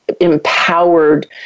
empowered